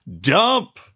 dump